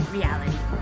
Reality